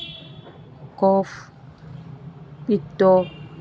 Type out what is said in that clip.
কফ পিত্ত